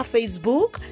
Facebook